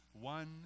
One